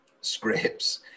scripts